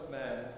man